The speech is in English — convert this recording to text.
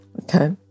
Okay